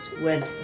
went